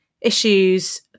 issues